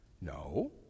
No